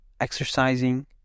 exercising